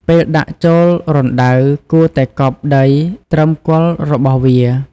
ពេលដាក់ចូលរណ្តៅ គួរតែកប់ដីត្រឹមគល់របស់វា។